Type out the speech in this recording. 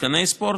מתקני ספורט,